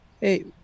hey